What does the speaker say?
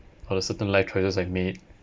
or the certain life choices I made